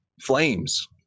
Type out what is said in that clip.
Flames